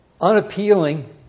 unappealing